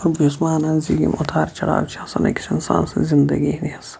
بہٕ چھُس مانان زٕ یِم اُتار چَڑاو چھِ آسان أکِس اِنسان سٕنٛز زِندگی ہٕنٛد حِصہٕ